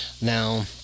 Now